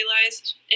realized